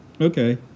Okay